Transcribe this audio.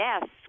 yes